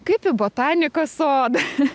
kaip į botanikos sodą